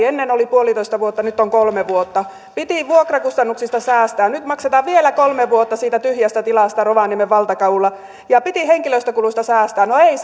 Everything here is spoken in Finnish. ennen oli yksi pilkku viisi vuotta nyt on kolme vuotta piti vuokrakustannuksista säästää nyt maksetaan vielä kolme vuotta siitä tyhjästä tilasta rovaniemen valtakadulla ja piti henkilöstökuluista säästää no ei